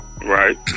Right